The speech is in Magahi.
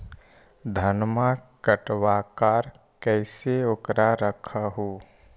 धनमा कटबाकार कैसे उकरा रख हू?